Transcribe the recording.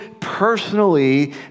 personally